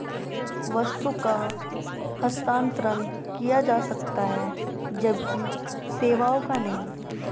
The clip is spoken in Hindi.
वस्तु का हस्तांतरण किया जा सकता है जबकि सेवाओं का नहीं